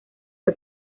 fue